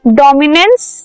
dominance